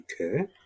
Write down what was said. Okay